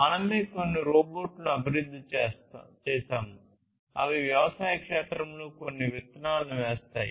మనమే కొన్ని రోబోట్లను అభివృద్ధి చేసాము అవి వ్యవసాయ క్షేత్రంలో కొన్ని విత్తనాలను వేస్తాయి